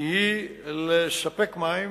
היא לספק מים